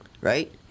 right